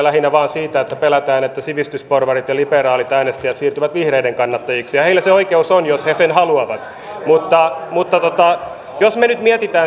minun mielestäni olisi järkevää se että olisi siihen aluksi tällainen ihan oikea harjoittelujakso koska sillä tavalla sinä aikana he voisivat päästä kuvioihin matkaan